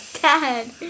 Dad